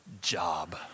job